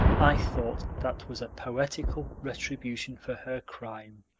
i thought that was a poetical retribution for her crime.